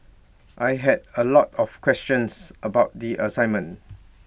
I had A lot of questions about the assignment